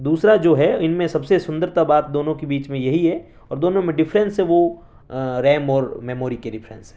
دوسرا جو ہے ان میں سب سے سندرتا بات دونوں کے بیچ میں یہی ہے اور دونوں میں ڈفرینس ہے وہ ریم اور میموری کے ڈفرینس ہیں